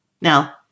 Now